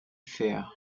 faire